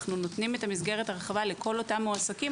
אנחנו נותנים את מסגרת ההרחבה לכל המועסקים